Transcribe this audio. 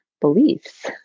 beliefs